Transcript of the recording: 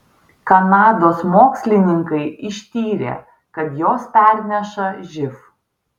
kanados mokslininkai ištyrė kad jos perneša živ